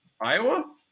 Iowa